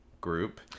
group